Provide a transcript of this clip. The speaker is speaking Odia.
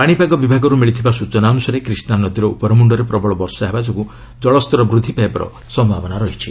ପାଣିପାଗ ବିଭାଗରୁ ମିଳିଥିବା ସୂଚନା ଅନୁସାରେ କ୍ରିଷ୍ଣା ନଦୀର ଉପରମୁଣ୍ଡରେ ପ୍ରବଳ ବର୍ଷା ଯୋଗୁଁ ଜଳସ୍ତର ବୃଦ୍ଧି ପାଇବାର ସମ୍ଭାବନା ରହିଛି